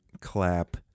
Clap